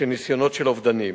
ניסיונות אובדניים.